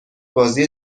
بازی